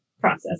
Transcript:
process